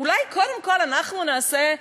אולי קודם כול אנחנו נעשה?